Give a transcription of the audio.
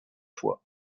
fois